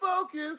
focus